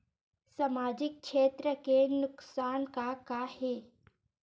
सामाजिक क्षेत्र के नुकसान का का हे?